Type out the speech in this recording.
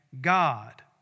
God